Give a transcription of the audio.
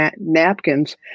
napkins